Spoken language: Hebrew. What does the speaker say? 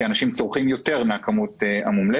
כי אנשים צורכים יותר מן הכמות המומלצת,